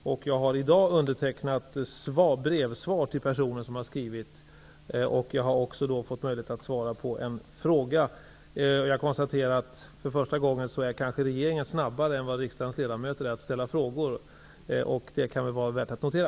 Jag har i dag undertecknat svarsbrev till olika brevskrivare, och jag har fått möjlighet att svara på en fråga. Jag kan konstatera att för första gången är regeringen snabbare än vad riksdagens ledamöter är att ställa frågor. Det kan vara värt att notera.